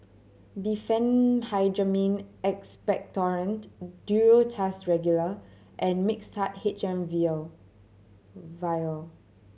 Diphenhydramine Expectorant Duro Tuss Regular and Mixtard H M vial